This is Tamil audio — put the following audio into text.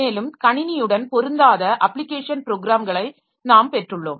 மேலும் கணினியுடன் பொருந்தாத அப்ளிகேஷன் ப்ரோக்ராம்களை நாம் பெற்றுள்ளோம்